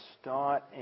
start